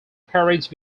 peerage